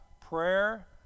prayer